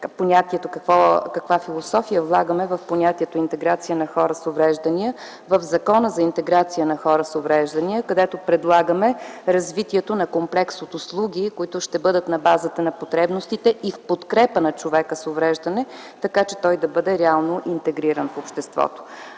сериозно каква философия влагаме в понятието „интеграция на хора с увреждания” в Закона за интеграция на хора с увреждания, където предлагаме развитието на комплекс от услуги, които ще бъдат на базата на потребностите и в подкрепа на човека с увреждане, така че той да бъде реално интегриран в обществото.